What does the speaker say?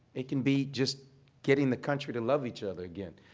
it can be just getting the country to love each other again.